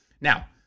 Now